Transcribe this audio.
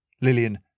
Lillian